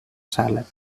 salad